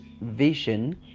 vision